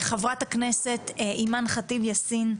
חברת הכנסת אימאן ח'טיב יאסין,